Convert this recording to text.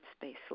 space